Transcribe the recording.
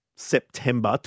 September